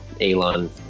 Elon